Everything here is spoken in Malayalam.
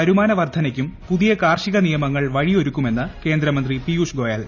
വരുമാന വർധനയ്ക്കും പുതിയി കാർഷിക നിയമങ്ങൾ വഴിയൊരുക്കുമെന്ന് കേന്ദ്രമിന്തി ്പീയുഷ് ഗോയൽ